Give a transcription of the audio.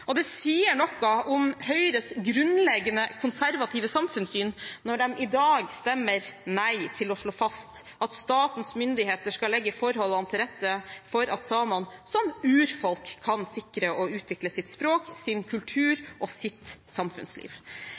forklaringsproblem. Det sier noe om Høyres grunnleggende konservative samfunnssyn når de i dag stemmer nei til å slå fast at statens myndigheter skal legge forholdene til rette for at samene som urfolk kan sikre og utvikle sitt språk, sin kultur og sitt samfunnsliv.